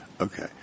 Okay